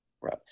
Right